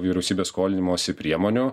vyriausybės skolinimosi priemonių